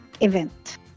event